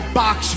box